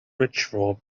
ritual